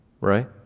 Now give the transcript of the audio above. Right